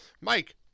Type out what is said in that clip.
Mike